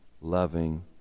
loving